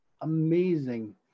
amazing